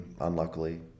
unluckily